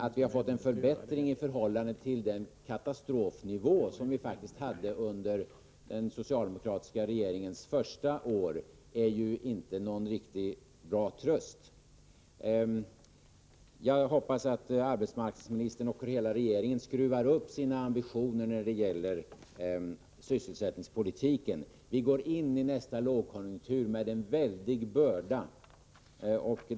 Att vi har fått en förbättring i förhållande till katastrofnivån under den socialdemokratiska regeringens första år är ju inte någon riktigt bra tröst. Jag hoppas att arbetsmarknadsministern och hela regeringen skruvar upp sina ambitioner när det gäller sysselsättningspolitiken. Vi går in i nästa lågkonjunktur med en väldig börda.